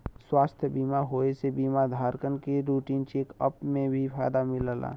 स्वास्थ्य बीमा होये से बीमा धारकन के रूटीन चेक अप में भी फायदा मिलला